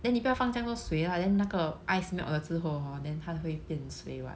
then 你不要这样多水 lah then 那个 ice melt 了之后 hor then 它会变水 what